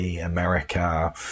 America